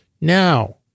Now